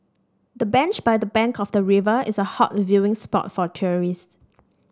the bench by the bank of the river is a hot viewing spot for tourists